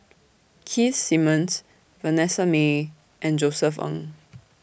Keith Simmons Vanessa Mae and Josef Ng